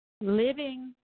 living